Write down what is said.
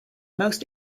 most